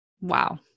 Wow